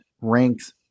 ranks